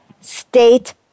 state